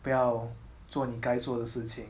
不要做你该做的事情